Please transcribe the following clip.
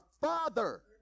father